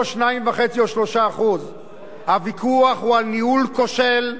2.5% או 3%. הוויכוח הוא על ניהול כושל.